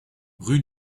rue